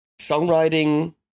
songwriting